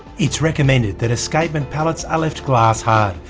it's recommended that escapement pallets are left glass hard,